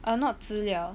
uh not 资料